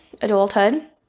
adulthood